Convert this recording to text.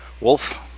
wolf